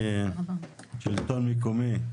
מאיה, מהשלטון המקומי.